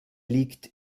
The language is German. liegt